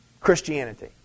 Christianity